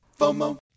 FOMO